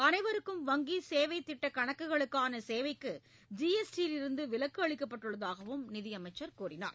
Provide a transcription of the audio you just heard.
அனைவருக்கும் வங்கி சேவை திட்டக் கணக்குகளுக்கான சேவைக்கு ஜிஎஸ்டியிலிருந்து விலக்கு அளிக்கப்பட்டுள்ளதாகவும் நிதியமைச்சர் கூறினார்